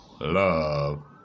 love